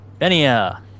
Benia